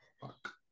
Fuck